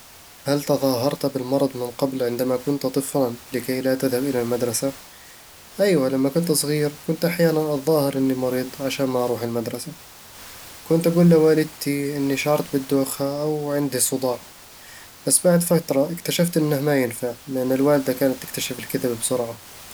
هل تظاهرت بالمرض من قبل عندما كنت طفلًا لكي لا تذهب إلى المدرسة؟ ايوه، لما كنت صغير، كنت أحيانًا أتظاهر إني مريض عشان ما أروح المدرسة كنت أقول لوالدتي إني شعرت بالدوخة أو عندي صداع بس بعد فترة اكتشفت إنه ما ينفع، لأن الوالدة كانت تكتشف الكذب بسرعة